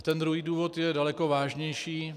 Ten druhý důvod je daleko vážnější.